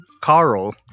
Carl